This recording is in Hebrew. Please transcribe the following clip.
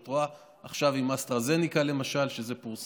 אתה רואה עכשיו עם אסטרה-זניקה, למשל, זה פורסם,